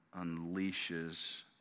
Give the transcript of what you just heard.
unleashes